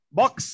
box